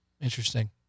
Interesting